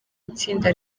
itsinda